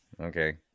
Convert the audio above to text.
Okay